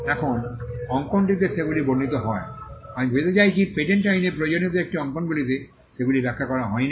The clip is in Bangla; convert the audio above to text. এখন অঙ্কনটিতে সেগুলি বর্ণিত নয় আমি বোঝাতে চাইছি পেটেন্ট আইনে প্রয়োজনীয় একটি অঙ্কনগুলিতে সেগুলি ব্যাখ্যা করা হয়নি